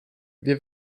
wir